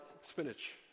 spinach